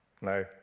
No